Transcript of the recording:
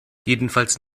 jedenfalls